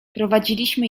prowadziliśmy